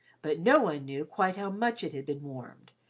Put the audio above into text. but no one knew quite how much it had been warmed,